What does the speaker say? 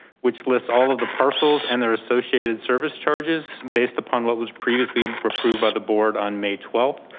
which lists all of the parcels and their associated service charges based upon what was previously approved by the board on may twelfth,